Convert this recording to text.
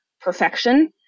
perfection